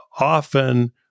often